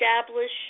establish